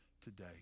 today